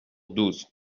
douze